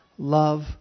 Love